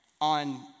on